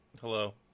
Hello